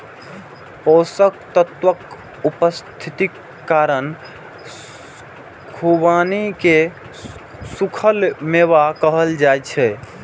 पोषक तत्वक उपस्थितिक कारण खुबानी कें सूखल मेवा कहल जाइ छै